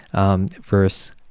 verse